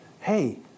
hey